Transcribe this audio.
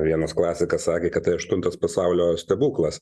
vienas klasikas sakė kad tai aštuntas pasaulio stebuklas